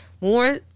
more